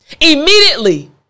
immediately